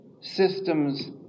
systems